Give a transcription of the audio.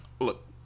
look